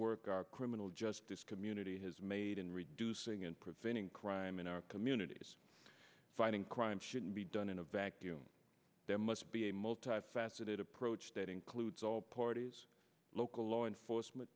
work our criminal justice community has made in reducing and preventing crime in our communities fighting crime shouldn't be done in a vacuum there must be a multifaceted approach that includes all parties local law enforcement